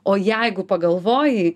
o jeigu pagalvojai